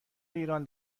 ایران